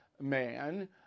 man